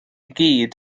gyd